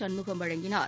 சண்முகம் வழங்கினார்